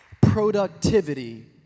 Productivity